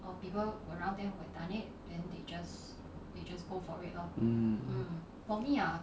mm